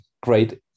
great